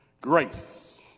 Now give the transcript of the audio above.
Grace